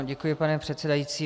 Děkuji, pane předsedající.